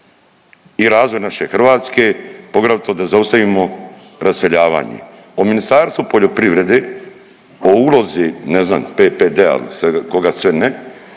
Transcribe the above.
i razvoj naše Hrvatske, poglavito da zaustavimo raseljavanje. O Ministarstvu poljoprivrede, o ulozi ne znam PPD-a il koga sve ne,